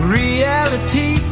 reality